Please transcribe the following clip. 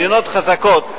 מדינות חזקות,